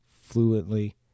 fluently